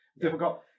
difficult